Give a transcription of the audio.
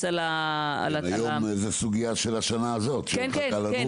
על --- זאת סוגיה של השנה הזאת שמחכה לנו,